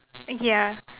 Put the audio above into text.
ya